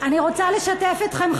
אני רוצה לשתף אתכם,